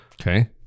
Okay